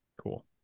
Cool